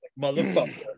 Motherfucker